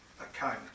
account